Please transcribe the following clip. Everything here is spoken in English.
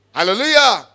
Hallelujah